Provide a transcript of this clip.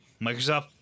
Microsoft